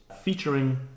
featuring